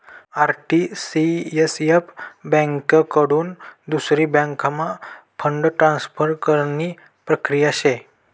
RTCSF ब्यांककडथून दुसरी बँकम्हा फंड ट्रान्सफर करानी प्रक्रिया शे